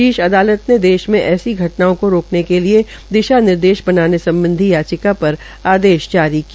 शीर्ष अदालत ने देश में ऐसी घटनाओं को रोकने के लिए दिशानिर्देश बनाने सम्बधी यचिका पर आदेश जारी किया